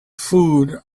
food